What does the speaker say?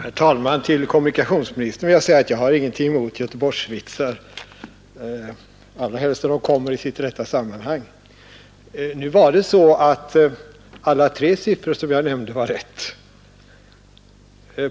Herr talman! Till kommunikationsministern vill jag säga att jag inte har någonting emot göteborgsvitsar, allra helst när de kommer i sitt rätta sammanhang. Nu var det så att alla tre siffrorna som jag nämnde var riktiga!